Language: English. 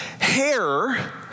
hair